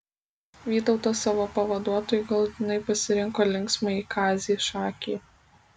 vytautas savo pavaduotoju galutinai pasirinko linksmąjį kazį šakį